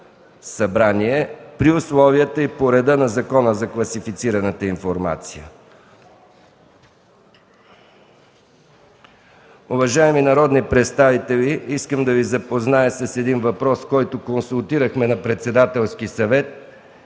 събрание при условията и по реда на Закона за класифицираната информация. Уважаеми народни представители, искам да Ви запозная с един въпрос, който консултирахме на Председателския съвет.